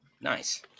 Nice